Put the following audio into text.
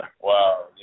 Wow